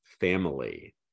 family